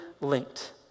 linked